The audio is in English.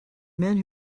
men